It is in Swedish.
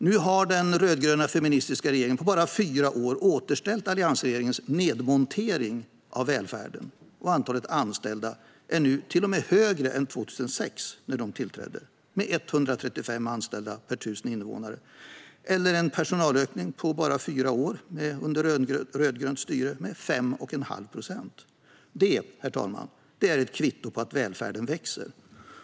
Nu har den rödgröna feministiska regeringen på bara fyra år återställt alliansregeringens nedmontering av välfärden, och antalet anställda är nu till och med högre än 2006 när den tillträdde: 135 anställda per 1 000 invånare eller en personalökning på 5,5 procent under bara fyra år med rödgrönt styre. Detta, herr talman, är ett kvitto på att välfärden växer.